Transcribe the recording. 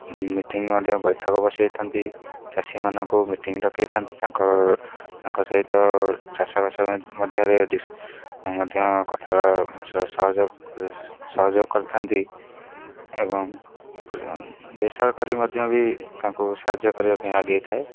meeting ମଧ୍ୟ ବୈଠକ ବସାଇଥାନ୍ତି ଚାଷୀମାନଙ୍କୁ ମିଟିଙ୍ଗ ଡକାଇଥାନ୍ତି ତାଙ୍କ ତାଙ୍କ ସହିତ ଚାଷବାସ ମଧ୍ୟରେ ମଧ୍ୟ କଥା ସହଯୋଗ ସହଯୋଗ କରିଥାନ୍ତି ଏବଂ ବେସରକାରୀ ମଧ୍ୟ ବି ତାଙ୍କୁ ସାହାଯ୍ୟ କରିବା ପାଇଁ ଆଗେଇଥାଏ